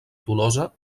tolosa